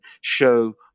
show